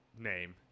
name